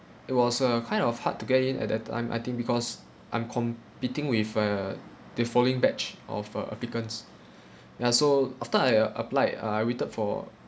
it was a kind of hard to get in at that time I think because I'm competing with uh the following batch of uh applicants ya so after I uh applied I I waited for